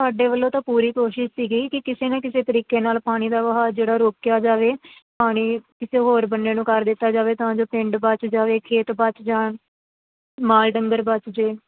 ਸਾਡੇ ਵੱਲੋਂ ਤਾਂ ਪੂਰੀ ਕੋਸ਼ਿਸ਼ ਸੀਗੀ ਕਿ ਕਿਸੇ ਨਾ ਕਿਸੇ ਤਰੀਕੇ ਨਾਲ ਪਾਣੀ ਦਾ ਵਹਾ ਜਿਹੜਾ ਰੋਕਿਆ ਜਾਵੇ ਪਾਣੀ ਕਿਸੇ ਹੋਰ ਬੰਨੇ ਨੂੰ ਕਰ ਦਿੱਤਾ ਜਾਵੇ ਤਾਂ ਜੋ ਪਿੰਡ ਬਚ ਜਾਵੇ ਖੇਤ ਬਚ ਜਾਣ ਮਾਲ ਡੰਗਰ ਬੱਚ ਜੇ